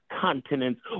continents